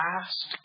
last